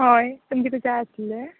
हय तुमकां कितें जाय आसलें